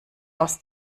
aus